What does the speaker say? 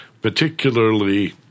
particularly